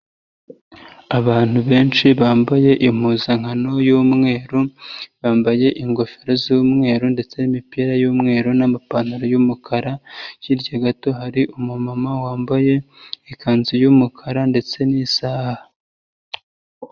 Abantu benshi bambaye impuzankano y'umweru, bambaye ingofero z'umweru ndetse n'imipira y'umweru n'amapantaro y'umukara, hirya gato hari umumama wambaye ikanzu y'umukara ndetse n'isaha.